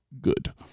good